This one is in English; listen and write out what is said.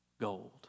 gold